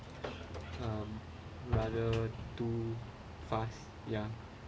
um rather too fast ya